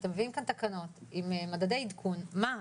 אתם מביאים כאן תקנות עם מדדי עדכון - מה?